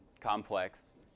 complex